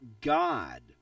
God